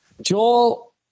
Joel